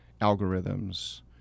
algorithms